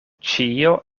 ĉio